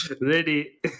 ready